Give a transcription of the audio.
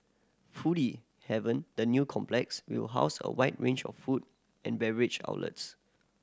foodie haven the new complex will house a wide range of food and beverage outlets